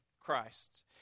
Christ